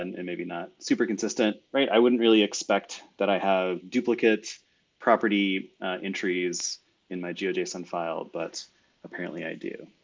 and and maybe not super consistent, right? i wouldn't really expect that i have duplicate property entries in my geojson on file, but apparently i do.